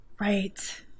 Right